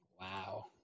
Wow